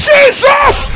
Jesus